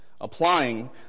applying